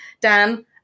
Dan